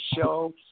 show